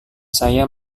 saya